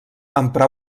emprà